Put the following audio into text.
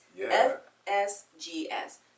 F-S-G-S